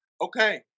okay